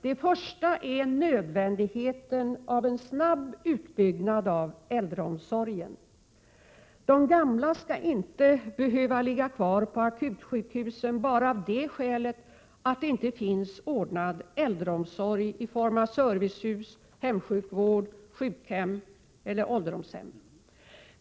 Det är först och främst nödvändigt med en snabb utbyggnad av äldreomsorgen. De gamla skall inte behöva ligga kvar på akutsjukhusen bara av det skälet att det inte finns en ordnad äldreomsorg i form av servicehus, hemsjukvård, sjukhem eller ålderdomshem.